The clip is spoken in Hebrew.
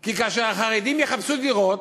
כי כאשר החרדים יחפשו דירות,